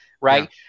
right